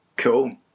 cool